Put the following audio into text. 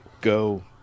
go